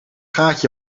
gaatje